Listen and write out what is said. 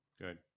Good